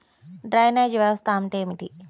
Drainage వ్యవస్థ అంటే ఏమిటి?